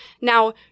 Now